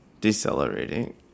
decelerating